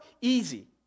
easy